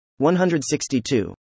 162